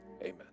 amen